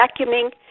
vacuuming